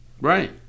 Right